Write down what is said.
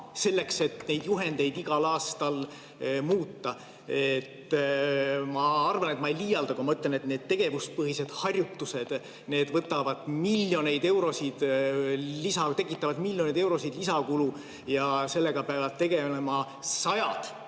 selleks, et neid juhendeid igal aastal muuta. Ma arvan, et ma ei liialda, kui ma ütlen, et need tegevuspõhised harjutused, need tekitavad miljoneid eurosid lisakulu ja sellega peavad tegelema sajad